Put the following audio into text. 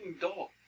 dog